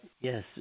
yes